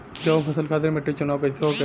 गेंहू फसल खातिर मिट्टी चुनाव कईसे होखे?